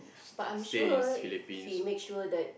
but I'm sure he make sure that